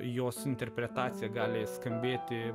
jos interpretacija gali skambėti